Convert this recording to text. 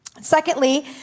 Secondly